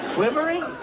Quivering